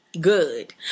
good